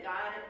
God